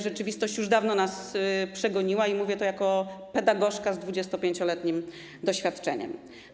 Rzeczywistość już dawno nas przegoniła i mówię to jako pedagożka z 25-letnim doświadczeniem.